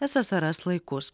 ssrs laikus